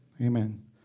Amen